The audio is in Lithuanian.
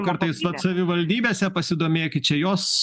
kartais savivaldybėse pasidomėkit čia jos